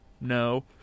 no